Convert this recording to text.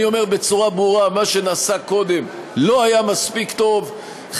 אני אומר בצורה ברורה: מה שנעשה קודם לא היה מספיק טוב,